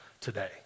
today